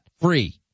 Free